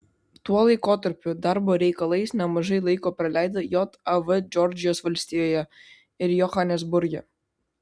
tuo laikotarpiu darbo reikalais nemažai laiko praleido jav džordžijos valstijoje ir johanesburge